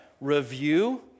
review